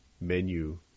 menu